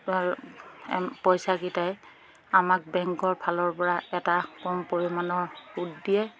পইচাকেইটাই আমাক বেংকৰফালৰপৰা এটা কম পৰিমাণৰ সুদ দিয়ে